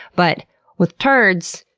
but with turds,